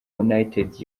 united